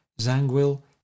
Zangwill